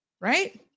Right